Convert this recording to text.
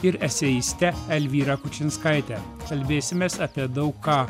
ir eseiste elvyra kučinskaite kalbėsimės apie daug ką